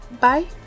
bye